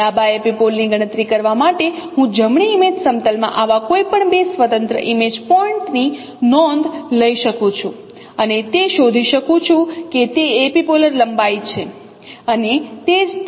ડાબા એપિપોલ ની ગણતરી કરવા માટે હું જમણી ઇમેજ સમતલમાં આવા કોઈપણ બે સ્વતંત્ર ઇમેજ પોઇન્ટ ની નોંધ લઈ શકું છું અને તે શોધી શકું છું કે તે એપિપોલર લંબાઈ છે અને તે જ તકનીક લાગુ કરે છે